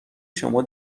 شما